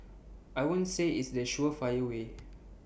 I won't say it's the surefire way